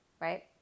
right